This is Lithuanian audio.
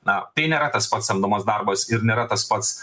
na tai nėra tas pats samdomas darbas ir nėra tas pats